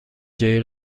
جایی